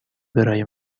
برای